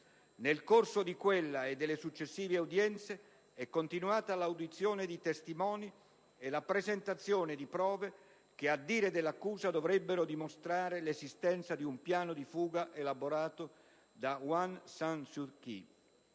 Nel corso di quella e delle successive udienze è continuata l'audizione di testimoni e la presentazione di prove che, a dire dell'accusa, dovrebbero dimostrare l'esistenza di un piano di fuga elaborato da Aung San Suu Kyi.